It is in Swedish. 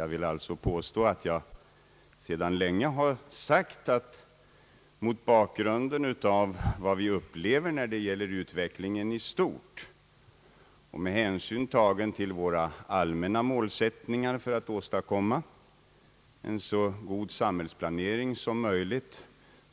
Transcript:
Jag vill alltså påstå att jag sedan länge har sagt att mot bakgrunden av vad vi upplever när det gäller utvecklingen i stort och med hänsyn tagen till våra allmänna målsättningar för att åstadkomma en så god samhällsplanering som möjligt